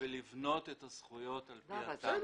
בשביל לבנות את הזכויות על פי התמ"א.